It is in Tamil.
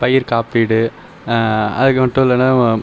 பயிர் காப்பீடு அதுக்கு ஒத்து வர்லைனா